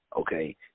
Okay